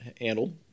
handled